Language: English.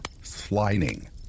sliding